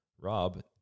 Rob